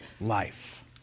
life